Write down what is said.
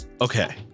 okay